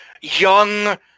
young